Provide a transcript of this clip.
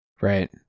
Right